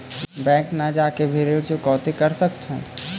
Bank न जाके भी ऋण चुकैती कर सकथों?